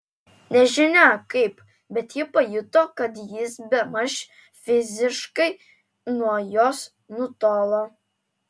nežinia kaip bet ji pajuto kad jis bemaž fiziškai nuo jos nutolo